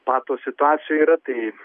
pato situacijoj yra tai